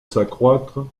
s’accroître